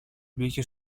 μπήκε